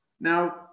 Now